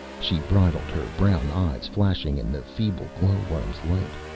she bridled, her brown eyes flashing in the feeble glowworms' light.